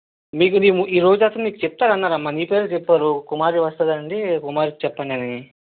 మీకు మేము ఈరోజు అసలు మీకు చెప్తాను అన్నారమ్మా మీ పేరే చెప్పారు కుమారి వస్తుంది అండి కుమారికి చెప్పండి అని